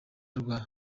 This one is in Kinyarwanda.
rwa